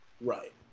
Right